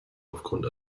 aufgrund